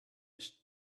his